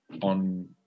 on